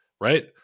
right